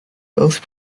both